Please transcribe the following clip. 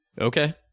Okay